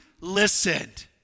listened